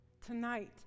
tonight